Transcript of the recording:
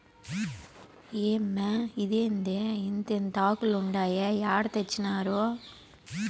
ఏమ్మే, ఏందిదే ఇంతింతాకులుండాయి ఏడ తెచ్చినారు